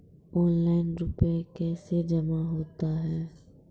Online रुपये कैसे जमा होता हैं?